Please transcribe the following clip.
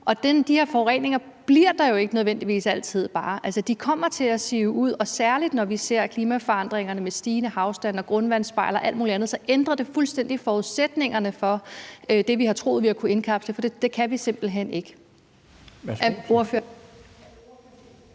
De her forureninger blive jo ikke nødvendigvis altid liggende der. De kommer til at sive ud, og særlig når vi ser klimaforandringerne med stigende vandstand, grundvandsspejl og alt muligt andet, så ændrer det fuldstændig forudsætningerne for det, vi har troet vi har kunnet indkapsle. For det kan vi simpelt hen ikke.